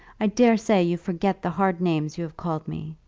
i daresay you forget the hard names you have called me.